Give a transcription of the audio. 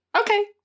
Okay